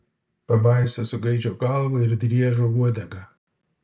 pabaisa su gaidžio galva ir driežo uodega